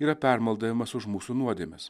yra permaldavimas už mūsų nuodėmes